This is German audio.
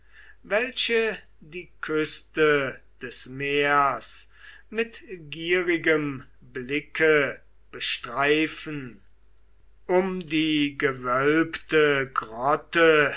welche die küste des meeres mit gierigem blicke bestreifen um die gewölbete grotte